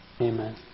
Amen